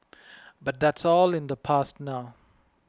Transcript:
but that's all in the past now